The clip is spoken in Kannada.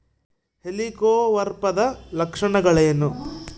ಹೆಲಿಕೋವರ್ಪದ ಲಕ್ಷಣಗಳೇನು?